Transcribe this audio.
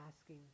asking